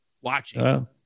watching